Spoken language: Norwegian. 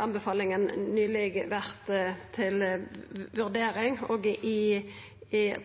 anbefalinga nyleg vore til vurdering, og